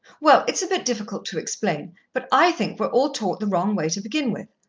well, it's a bit difficult to explain, but i think we're all taught the wrong way to begin with.